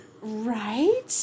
right